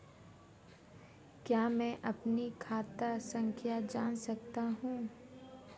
क्या मैं अपनी खाता संख्या जान सकता हूँ?